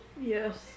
Yes